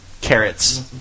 carrots